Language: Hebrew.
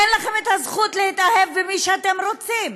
אין לכם את הזכות להתאהב במי שאתם רוצים,